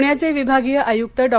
पुण्याचे विभागीय आयुक्त डॉ